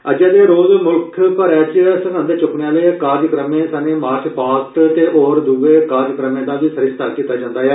अज्जै दे रोज मुल्ख भरै च सगंध चुक्कने आह्ले कार्यक्रमें सने मार्च पास्ट ते होर दुए कार्यक्रमें दा बी सरिस्ता कीता जंदा ऐ